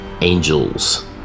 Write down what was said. angels